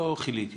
לא כיליתי